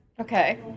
okay